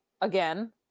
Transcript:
again